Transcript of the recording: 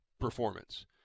performance